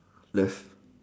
left